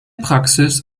praxis